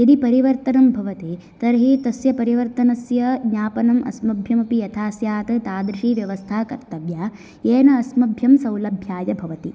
यदि परिवर्तनं भवति तर्हि तस्य परिवर्तनस्य ज्ञापनम् अस्मभ्यमपि यथा स्यात् तादृशि व्यवस्था कर्तव्याः येन अस्मभ्यं सौलभ्याय भवति